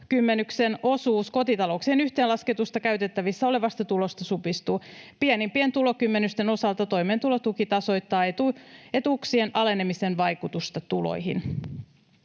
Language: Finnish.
osuus kotitalouksien yhteenlasketusta käytettävissä olevasta tulosta supistuu. Pienimpien tulokymmenysten osalta toimeentulotuki tasoittaa etuuksien alenemisen vaikutusta tuloihin.